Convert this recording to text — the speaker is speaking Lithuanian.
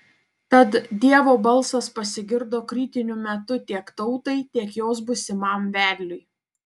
tad dievo balsas pasigirdo kritiniu metu tiek tautai tiek jos būsimam vedliui